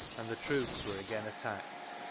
and the troops were again attacked,